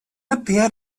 appeared